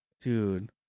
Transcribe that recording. Dude